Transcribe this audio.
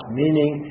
meaning